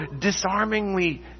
disarmingly